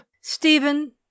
Stephen